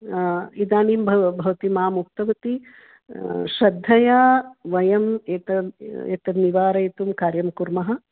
इदानीं भव भवती माम् उक्तवती श्रद्धया वय एतद् एतद् निवारयितुं कार्यं कुर्मः